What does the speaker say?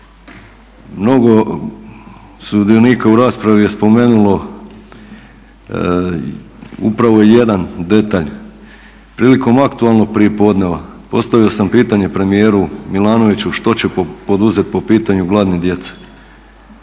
Mnogo sudionika u raspravi je spomenulo upravo jedan detalj, prilikom aktualnog prijepodneva postavio sam pitanje premijeru Milanoviću što će poduzeti po pitanju gladne djece?